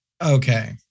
okay